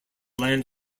land